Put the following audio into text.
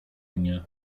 mnie